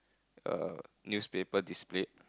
err newspaper displayed